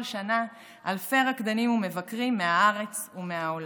שנה אלפי רקדנים ומבקרים מהארץ ומהעולם.